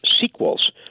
sequels